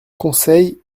conseils